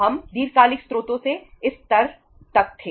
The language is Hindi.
हम दीर्घकालिक स्रोतों से इस स्तर तक थे